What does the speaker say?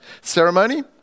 ceremony